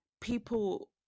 people